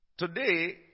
Today